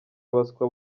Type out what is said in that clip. abaswa